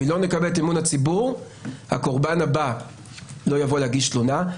ואם לא נקבל את אמון הציבור הקורבן הבא לא יבוא להגיש תלונה,